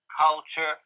culture